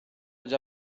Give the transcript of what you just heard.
già